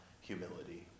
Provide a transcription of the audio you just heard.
humility